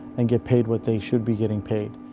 and get paid what they should be getting paid.